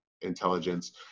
intelligence